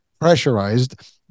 pressurized